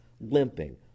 Limping